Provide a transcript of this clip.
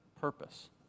purpose